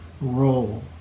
role